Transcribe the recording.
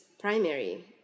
primary